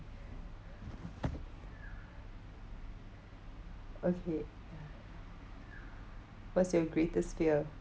okay what's your greatest fear